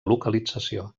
localització